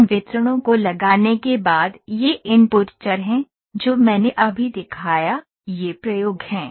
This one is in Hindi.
उन वितरणों को लगाने के बाद ये इनपुट चर हैं जो मैंने अभी दिखाया ये प्रयोग हैं